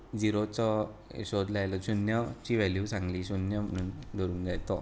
झिरोचो सोद लायलो शुन्यची वॅल्यु सांगली शून्य म्हणून धरूंक जाय तो